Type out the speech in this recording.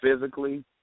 physically